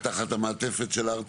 תחת המעטפת הארצית.